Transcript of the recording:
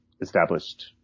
established